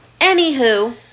Anywho